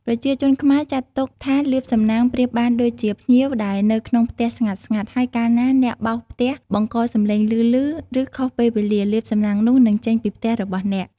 ប្រជាជនខ្មែរចាត់ទុកថាលាភសំណាងប្រៀបបានដូចជាភ្ញៀវដែលនៅក្នុងផ្ទះស្ងាត់ៗ ហើយកាលណាអ្នកបោសផ្ទះបង្កសំឡេងឮៗ ឬ ខុសពេលវេលា លាភសំណាងនោះនឹងចេញពីផ្ទះរបស់អ្នក។